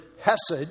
hesed